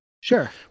Sure